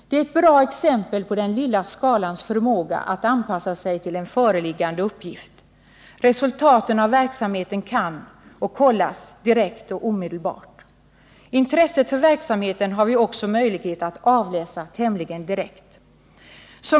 Det är ett bra exempel på den lilla skalans förmåga att anpassa sig till sin föreliggande uppgift. Resultaten av verksamheten kan kontrolleras direkt och omedelbart. Intresset för verksamheten kan vi också avläsa tämligen direkt.